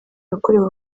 yakorewe